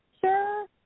Sure